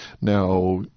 Now